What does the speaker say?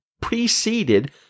preceded